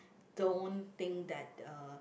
don't think that uh